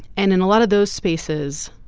and in a lot of those spaces